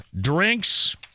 drinks